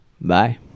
Bye